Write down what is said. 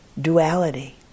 duality